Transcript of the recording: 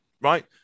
right